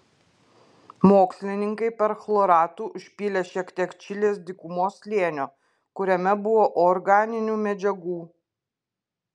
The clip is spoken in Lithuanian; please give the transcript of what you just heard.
mokslininkai perchloratu užpylė šiek tiek čilės dykumos slėnio kuriame buvo organinių medžiagų